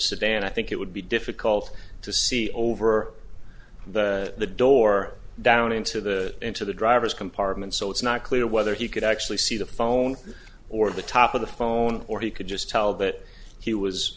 sedan i think it would be difficult to see over the door down into the into the driver's compartment so it's not clear whether he could actually see the phone or the top of the phone or he could just tell that he was